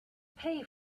pay